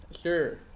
Sure